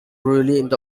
boulevard